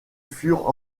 furent